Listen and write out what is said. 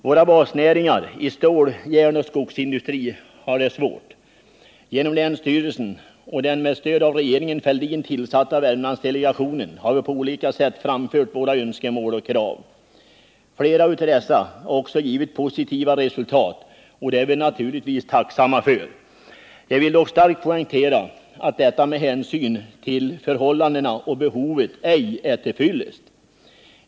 Våra basnäringar stål-, järnoch skogsindustrin har haft det svårt. Genom länsstyrelsen och den med stöd av regeringen Fälldin tillsatta Värmlandsdelegationen har vi på olika sätt framfört våra önskemål och krav. Flera av dessa har också givit positiva resultat, och det är vi naturligtvis tacksamma för. Jag vill dock starkt poängtera att dessa med hänsyn till förhållandena och de behov som finns ej är till fyllest.